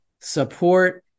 support